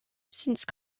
since